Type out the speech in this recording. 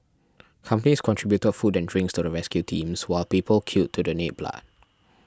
companies contributed food and drinks to the rescue teams while people queued to donate blood